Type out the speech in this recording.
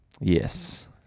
Yes